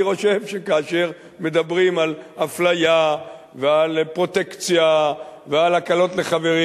אני חושב שכאשר מדברים על אפליה ועל פרוטקציה ועל הקלות לחברים,